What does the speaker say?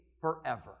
forever